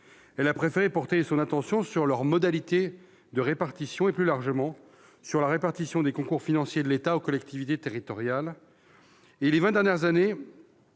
préférant porter son attention sur leurs modalités de répartition et, plus largement, sur la répartition des concours financiers de l'État aux collectivités territoriales. Les vingt dernières années